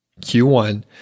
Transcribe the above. Q1